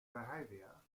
behavior